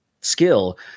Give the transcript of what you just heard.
skill